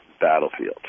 battlefield